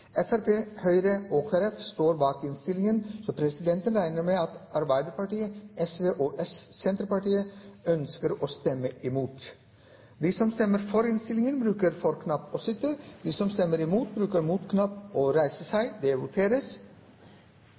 Fremskrittspartiet, Høyre og Kristelig Folkeparti står bak innstillingen, så presidenten regner med at Arbeiderpartiet, Sosialistisk Venstreparti og Senterpartiet ønsker å stemme imot.